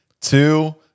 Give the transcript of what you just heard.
two